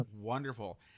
wonderful